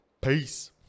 Peace